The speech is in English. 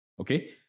Okay